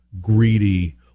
greedy